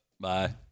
Bye